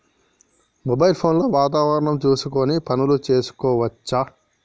Mobile phone లో వాతావరణం చూసుకొని పనులు చేసుకోవచ్చా?